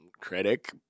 critic